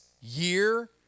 year